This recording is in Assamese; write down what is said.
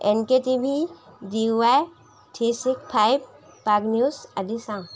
N K T V D Y three six five Prag news আদি চাওঁ